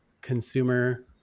consumer